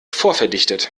vorverdichtet